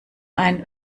ein